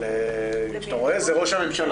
אבל כשאתה רואה שזה ראש ה ממשלה,